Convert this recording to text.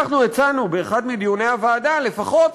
אנחנו הצענו באחד מדיוני הוועדה לפחות